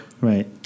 Right